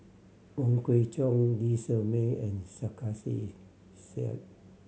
Wong Kwei Cheong Lee Shermay and Sarkasi Said